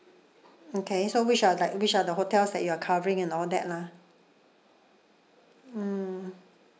okay so which are like which are the hotels that you're covering and all that lah mm